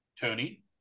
Tony